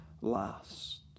last